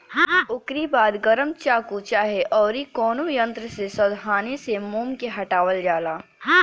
ओकरी बाद गरम चाकू चाहे अउरी कवनो यंत्र से सावधानी से मोम के हटावल जाला